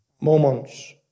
moments